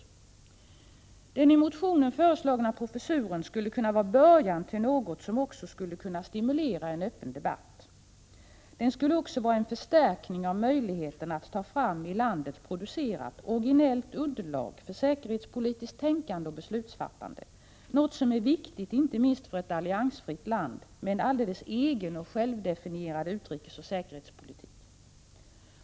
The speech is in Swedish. Den i motionen föreslagna professuren skulle kunna vara början till något som också skulle kunna stimulera en öppen debatt. Den skulle också vara en förstärkning av möjligheterna att ta fram i landet producerat, originellt underlag för säkerhetspolitiskt tänkande och beslutsfattande, något som är viktigt inte minst för ett alliansfritt land med en alldeles egen och självdefinierad utrikesoch säkerhetspolitik.